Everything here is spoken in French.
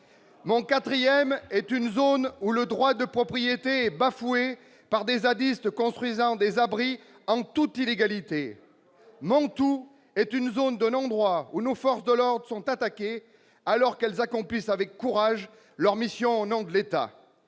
Mon quatrième est une zone où le droit de propriété est bafoué par des zadistes construisant des abris en toute illégalité. Mon tout est une zone de non-droit où nos forces de l'ordre sont attaquées alors qu'elles accomplissent avec courage leur mission au nom de l'État.